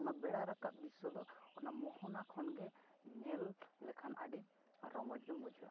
ᱚᱱᱟ ᱵᱮᱲᱟ ᱨᱟᱠᱟᱵ ᱫᱨᱤᱥᱥᱚ ᱫᱚ ᱚᱱᱟ ᱢᱳᱦᱚᱱᱟ ᱠᱷᱚᱱ ᱜᱮ ᱧᱮᱞ ᱞᱮᱠᱷᱟᱱ ᱟᱹᱰᱤ ᱨᱚᱢᱚᱡᱽ ᱜᱮᱢ ᱵᱩᱡᱷᱟᱹᱣᱟ